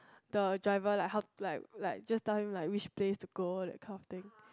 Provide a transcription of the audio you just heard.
the driver like how like like just time like which place to go that kind of thing